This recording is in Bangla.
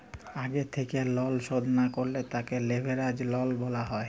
আগে থেক্যে লন শধ না করলে তাকে লেভেরাজ লন বলা হ্যয়